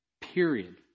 period